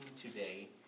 today